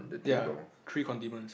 ya three condiments